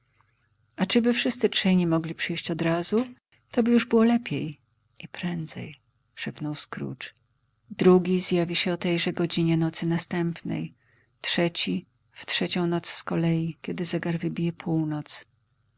a czyby wszyscy trzej nie mogli przyjść odrazu toby już było lepiej i prędzej szepnął scrooge drugi zjawi się o tejże godzinie nocy następnej trzeci w trzecią noc z kolei kiedy zegar wybije północ